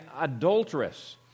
adulteress